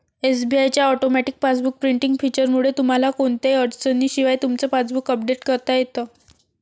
SBI च्या automatic passbook printing फीचरमुळे तुम्हाला कोणत्याही अडचणीशिवाय तुमचं पासबुक अपडेट करता येतं